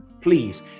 please